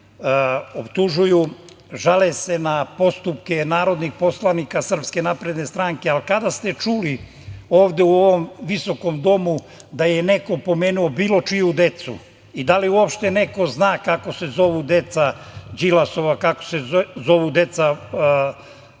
ponašanja. Optužuju, žale se na postupke narodnih poslanika SNS, a kada ste čuli ovde u ovom visokom domu da je neko pomenuo bilo čiju decu i da li uopšte neko zna kako se zovu deca Đilasova, kako se zovu deca Vuka